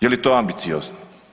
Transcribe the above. Je li to ambiciozno?